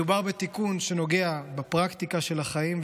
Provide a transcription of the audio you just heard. מדובר בתיקון שנוגע בפרקטיקה של החיים,